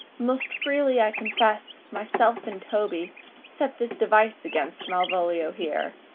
most freely i confess myself and toby set this device against malvolio here,